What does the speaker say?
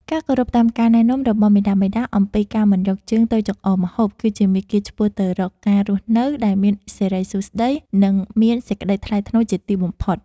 ការគោរពតាមការណែនាំរបស់មាតាបិតាអំពីការមិនយកជើងទៅចង្អុលម្ហូបគឺជាមាគ៌ាឆ្ពោះទៅរកការរស់នៅដែលមានសិរីសួស្តី និង មានសេចក្តីថ្លៃថ្នូរជាទីបំផុត។